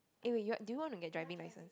eh wait you do you want to get driving license